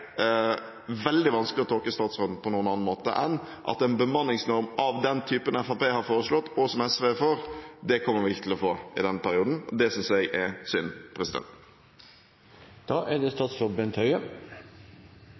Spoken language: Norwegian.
veldig vanskelig å tolke statsråden på noen annen måte enn at en bemanningsnorm av den typen som Fremskrittspartiet har foreslått, og som SV er for, kommer vi ikke til å få i denne perioden, og det synes jeg er synd.